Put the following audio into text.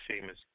famous